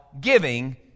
giving